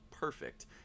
Perfect